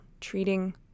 treating